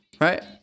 right